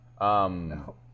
No